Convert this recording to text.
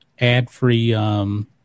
ad-free